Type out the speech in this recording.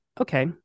okay